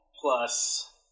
plus